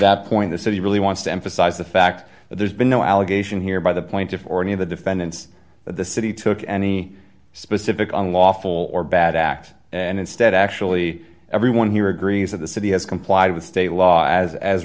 that point the city really wants to emphasize the fact that there's been no allegation here by the plaintiffs or any of the defendants that the city took any specific unlawful or bad act and instead actually everyone here agrees that the city has complied with state law as as